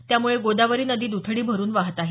त्यामुळे गोदावरी नदी द्रथडी भरुन वाहत आहे